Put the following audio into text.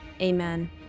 amen